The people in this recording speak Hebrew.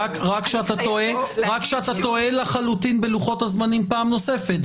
רק שאתה טועה לחלוטין בלוחות הזמנים פעם נוספת.